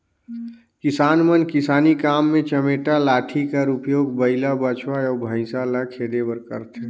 किसान मन किसानी काम मे चमेटा लाठी कर उपियोग बइला, बछवा अउ भइसा ल खेदे बर करथे